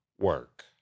work